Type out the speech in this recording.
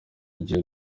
gihe